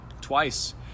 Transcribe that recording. twice